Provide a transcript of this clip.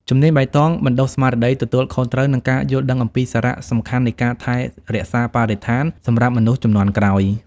ជំនាញបៃតងបណ្តុះស្មារតីទទួលខុសត្រូវ និងការយល់ដឹងអំពីសារៈសំខាន់នៃការថែរក្សាបរិស្ថានសម្រាប់មនុស្សជំនាន់ក្រោយ។